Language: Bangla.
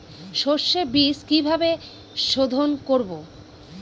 সর্ষে বিজ কিভাবে সোধোন করব?